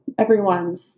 Everyone's